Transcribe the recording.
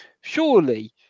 surely